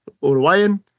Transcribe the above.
Uruguayan